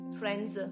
friends